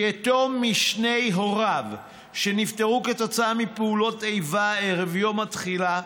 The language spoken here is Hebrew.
יתום משני הוריו שנפטרו כתוצאה מפעולות איבה ערב יום התחילה,